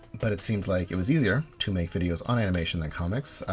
but it seemed like it was easier to make videos on animation than comics,